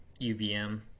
UVM